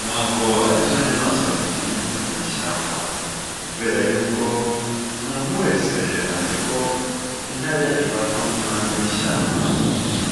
ntabwo ari zo nyamaswa zitinyitse mu ishyamba kubera yuko umuntu wese azi ko intare ifatwa nk'umwami w'ishyamba.